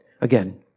again